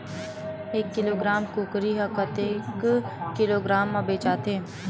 एक किलोग्राम कुकरी ह कतेक किलोग्राम म बेचाथे?